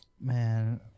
man